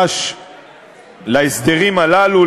נדרש להסדרים הללו.